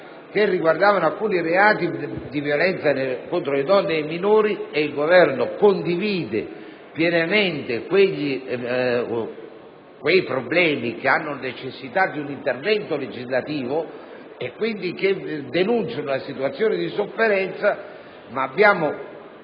che richiamano ulteriori reati di violenza contro le donne e i minori: il Governo condivide pienamente che quei problemi hanno necessità di un intervento legislativo e denunciano una situazione di sofferenza, ma ha